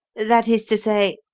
that is to say,